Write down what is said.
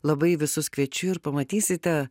labai visus kviečiu ir pamatysite